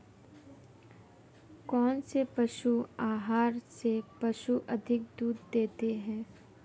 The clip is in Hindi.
कौनसे पशु आहार से पशु अधिक दूध देते हैं?